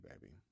baby